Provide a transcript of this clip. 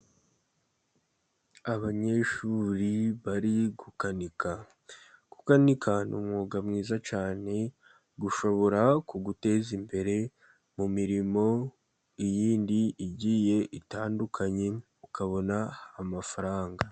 Abanyeshuri bari gukanika. Gukanika ni umwuga mwiza cyane, ushobora kuguteza imbere mu mirimo yindi igiye itandukanye ukabona amafaranga.